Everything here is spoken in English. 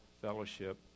fellowship